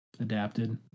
adapted